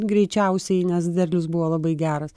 greičiausiai nes derlius buvo labai geras